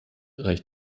reicht